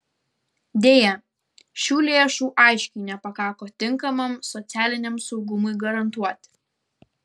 deja šių lėšų aiškiai nepakako tinkamam socialiniam saugumui garantuoti